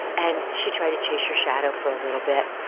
and she tried to chase her shadow for a little bit.